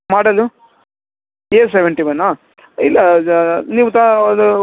ಮಾಡಲ್ ಎ seventy one ಇಲ್ಲ ಜ ನೀವು ತಾ ಅದು